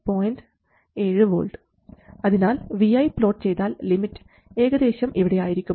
7 v അതിനാൽ vi plot ചെയ്താൽ limit ഏകദേശം ഇവിടെ ആയിരിക്കും